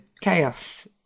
chaos